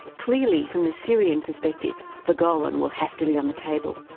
clearly from the syrian perspective, the golan will have to be on the table.